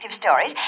stories